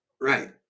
Right